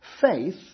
faith